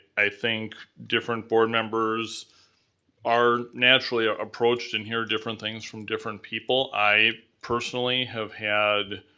i think different board members are naturally ah approached and hear different things from different people. i personally have had